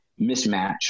mismatch